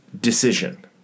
decision